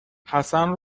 حسن